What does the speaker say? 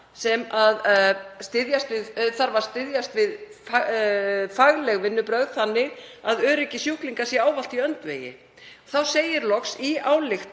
þarf að styðjast við fagleg vinnubrögð þannig að öryggi sjúklinga sé ávallt í öndvegi. Þá segir loks í ályktun